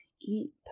eat